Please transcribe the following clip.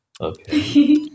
Okay